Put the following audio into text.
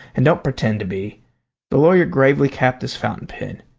and don't pretend to be the lawyer gravely capped his fountain pen.